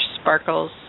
sparkles